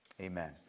Amen